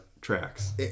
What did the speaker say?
tracks